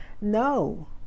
No